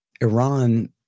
Iran